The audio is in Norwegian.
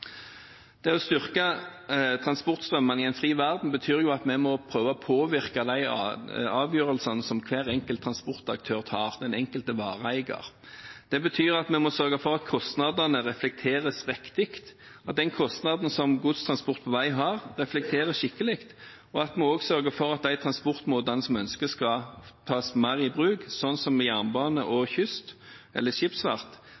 Det å styrke transportstrømmen i en fri verden betyr jo at vi må prøve å påvirke de avgjørelsene som hver enkelt transportaktør, den enkelte vareeier, tar. Det betyr at vi må sørge for at kostnadene reflekteres riktig, at den kostnaden som godstransport på vei har, reflekteres skikkelig, at vi også sørger for at de transportmåtene som ønskes, skal tas mer i bruk – sånn som jernbane og